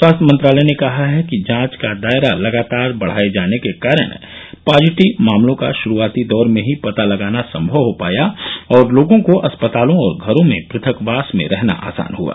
स्वास्थ्य मंत्रालय ने कहा है कि जांच का दायरा लगातार बढाए जाने के कारण पॉजिटिव मामलों का श्रूआती दौर में ही पता लगाना संभव हो पाया और लोगों को अस्पतालों और घरों में प्रथकवास में रहना आसान हआ